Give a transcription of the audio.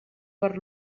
per